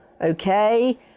okay